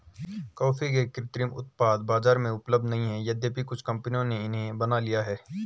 coffee के कृत्रिम उत्पाद बाजार में उपलब्ध नहीं है यद्यपि कुछ कंपनियों ने इन्हें बना लिया है